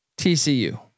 TCU